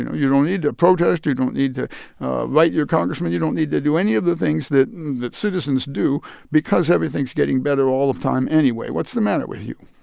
you know, you don't need to protest you don't need to write your congressman you don't need to do any of the things that that citizens do because everything's getting better all the time anyway. what's the matter with you?